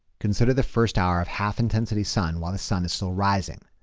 consider the first hour of half intensity sun while the sun is still rising.